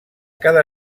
cada